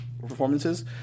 performances